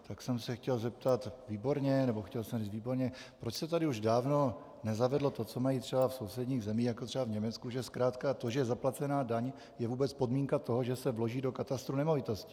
Tak jsem se chtěl zeptat, nebo chtěl jsem říct: Výborně, proč se tady už dávno nezavedlo to, co mají třeba v sousedních zemích, jako třeba v Německu, že zkrátka to, že je zaplacená daň, je vůbec podmínka toho, že se vloží do katastru nemovitostí?